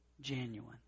genuine